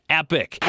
epic